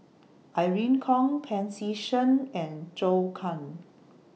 Irene Khong Pancy Seng and Zhou Can